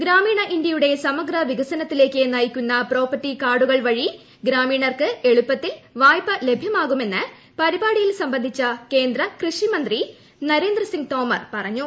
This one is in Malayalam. ഗ്രാമീണ ഇന്ത്യയുടെ സമഗ്രവികസനത്തിലേക്ക് നയിക്കുന്ന പ്രോപ്പർട്ടി കാർഡുകൾ വഴി ഗ്രാമീണർക്ക് എളുപ്പത്തിൽ വായ്പ ലഭ്യമാകുമെന്ന് പരിപാടിയിൽ സംബന്ധിച്ച കേന്ദ്ര കൃഷി മന്ത്രി നരേന്ദ്ര സിങ് തൊമർ പറഞ്ഞു